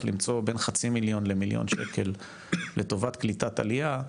למצוא בין חצי מיליון למיליון שקל לטובת קליטת עלייה,